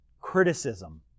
criticism